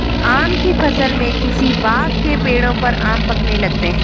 आम की फ़सल में किसी बाग़ के पेड़ों पर आम पकने लगते हैं